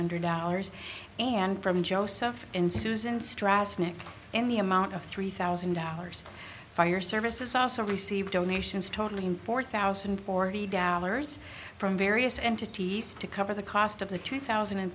hundred hours and from joseph and susan strauss next in the amount of three thousand dollars fire services also received donations totally four thousand and forty dollars from various entities to cover the cost of the two thousand and